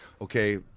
okay